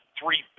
three